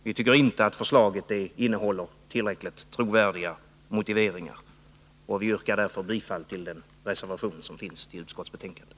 Vi tycker inte att förslaget innehåller tillräckligt trovärdiga motiveringar, och vi yrkar därför bifall till den reservation som avgivits till utskottsbetänkandet.